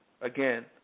again